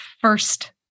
first